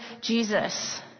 Jesus